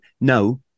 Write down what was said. no